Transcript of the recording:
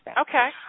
Okay